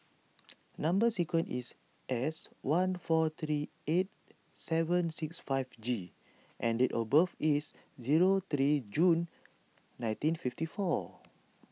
Number Sequence is S one four three eight seven six five G and date of birth is zero three June nineteen fifty four